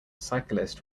cyclist